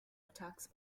attack